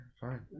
fine